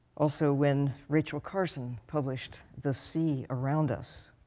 also when rachel carson published the sea around us.